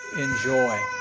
enjoy